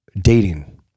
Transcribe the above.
Dating